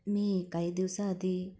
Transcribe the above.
मी काही दिवसाआधी